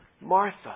Martha